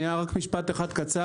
שנייה, רק משפט אחד קצר.